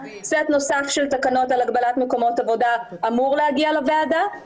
סט נוסף של תקנות על הגבלת מקומות עבודה אמור להגיע לוועדה.